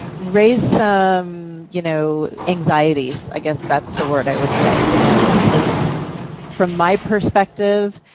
raised some you know anxieties, i guess that's the word i would say. you know because from my perspective,